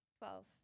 Twelve